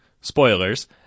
spoilers